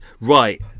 right